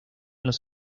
los